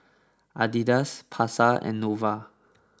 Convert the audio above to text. Adidas Pasar and Nova